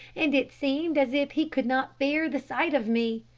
and it seemed as if he could not bear the sight of me.